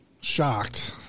shocked